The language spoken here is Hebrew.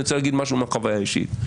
אני רוצה להגיד משהו מהחוויה האישית.